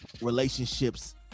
relationships